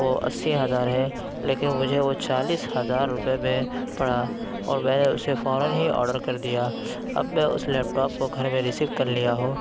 وہ اسّی ہزار ہے لیکن وہ مجھے چالیس ہزار روپئے میں پڑا اور میں نے اُسے فوراََ ہی آڈر کر دیا اب میں اُس لیپ ٹاپ کو گھر میں رسیو کر لیا ہوں